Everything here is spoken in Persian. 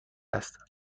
است